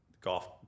golf